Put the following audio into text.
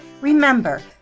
remember